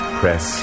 press